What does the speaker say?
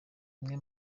bimwe